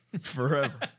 forever